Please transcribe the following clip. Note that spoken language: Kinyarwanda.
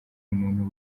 umuntu